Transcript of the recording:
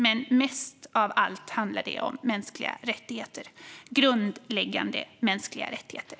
Men mest av allt handlar det om mänskliga rättigheter - grundläggande mänskliga rättigheter.